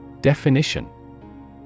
Definition